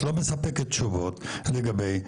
את לא מספקת תשובות לגבי המגרש.